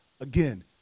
again